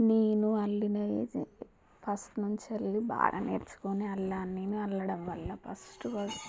నేను అల్లినది ఫస్ట్ నుంచి అల్లి బాగా నేర్చుకుని అల్లాను అల్లడం వల్ల ఫస్ట్ ఫస్ట్